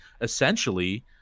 essentially